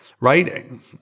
writing